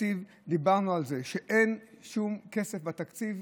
התקציב דיברנו על זה שאין שום כסף בתקציב,